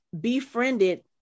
befriended